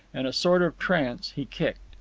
in a sort of trance he kicked.